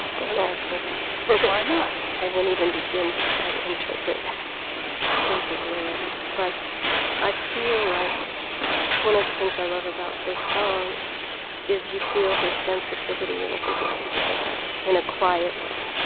don't ask me that why not? i wouldn't even begin to try to interpret prince's lyrics. but i feel like one of the things i love about this song is you feel his sensitivity in a completely different way in a quiet way